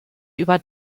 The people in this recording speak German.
über